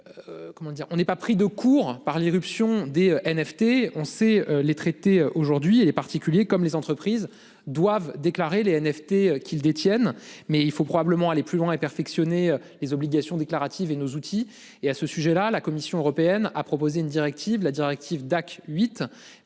on n'est pas pris de court par l'irruption des NFT, on sait les traiter aujourd'hui les particuliers comme les entreprises doivent déclarer les NFT qu'ils détiennent. Mais il faut probablement aller plus loin et perfectionner les obligations déclaratives et nos outils et à ce sujet-là. La Commission européenne a proposé une directive la directive 8